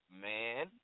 Man